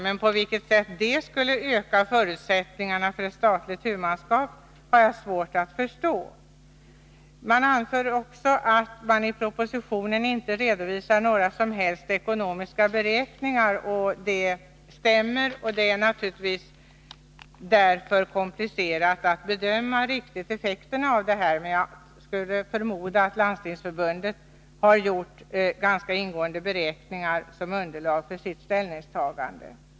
Men på vilket sätt detta skulle öka förutsättningarna för ett statligt huvudmannaskap har jag svårt att förstå. Moderaterna anför också i reservationen att det i propositionen inte redovisas några ekonomiska beräkningar. Det stämmer, och det är naturligtvis därför komplicerat att bedöma effekterna. Jag förmodar emellertid att Landstingsförbundet har gjort ganska ingående beräkningar som underlag för sitt ställningstagande.